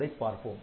அதைப் பார்ப்போம்